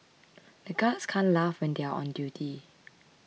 the guards can't laugh when they are on duty